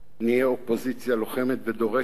נהיה אופוזיציה לוחמת ודורשת,